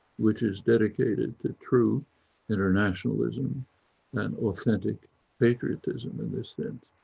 which is dedicated to true internationalism and authentic patriotism. and they said,